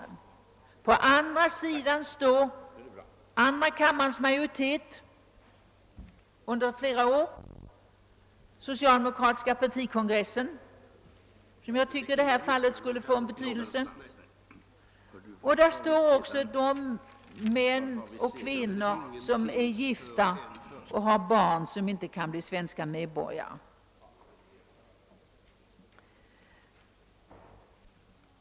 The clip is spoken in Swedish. På den andra sidan står andra kammarens majoritet under flera år, socialdemokratiska partikongressen, som jag tycker borde få en viss betydelse i detta fall, och de män och kvinnor som är gifta och har barn som inte kan bli svenska medborgare.